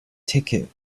ticket